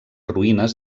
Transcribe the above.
ruïnes